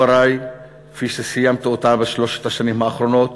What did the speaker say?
דברי כפי שסיימתי אותם בשלוש השנים האחרונות,